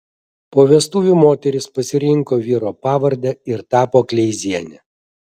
po vestuvių moteris pasirinko vyro pavardę ir tapo kleiziene